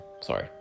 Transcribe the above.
Sorry